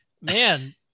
man